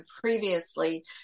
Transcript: previously